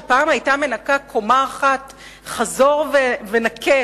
שפעם היתה מנקה קומה אחת חזור ונקה,